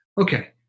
Okay